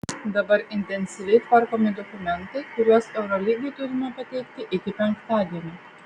dabar intensyviai tvarkomi dokumentai kuriuos eurolygai turime pateikti iki penktadienio